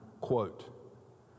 Quote